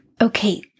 Okay